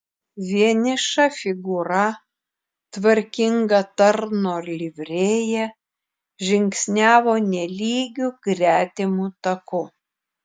vieniša figūra tvarkinga tarno livrėja žingsniavo nelygiu gretimu taku